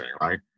right